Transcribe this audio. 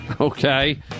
okay